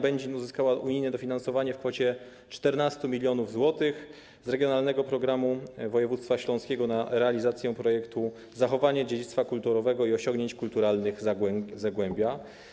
Będzin uzyskała unijne dofinansowanie w kwocie 14 mln zł z regionalnego programu województwa śląskiego na realizację projektu „Zachowanie dziedzictwa kulturowego i osiągnięć kulturalnych Zagłębia”